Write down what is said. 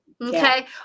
Okay